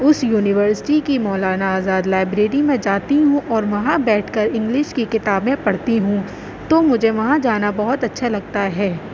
اس university کی Maulana Azad library میں جاتی ہوں اور وہاں بیٹھ کر انگلش کی کتابیں پڑھتی ہوں تو مجھے وہاں جانا بہت اچھا لگتا ہے